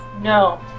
No